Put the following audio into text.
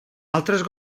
altres